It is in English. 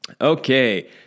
Okay